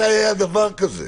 מתי היה דבר כזה?